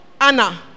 Anna